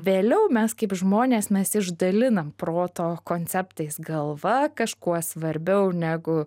vėliau mes kaip žmonės mes išdalinam proto konceptais galva kažkuo svarbiau negu